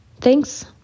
Thanks